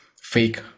fake